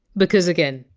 because again,